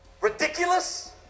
ridiculous